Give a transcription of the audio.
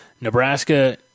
Nebraska